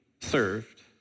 served